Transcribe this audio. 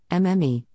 MME